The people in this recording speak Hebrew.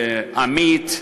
אמי"ת,